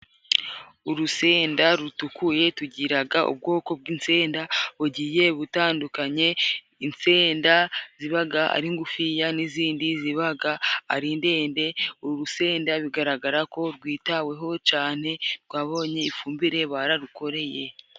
Urusenda rutukuye. Tugiraga ubwoko bw'insenda bugiye butandukanye, insenda zibaga ari ngufiya, n'izindi zibaga ari ndende. Urusenda bigaragara ko rwitaweho cyane rwabonye ifumbire bararukoreye.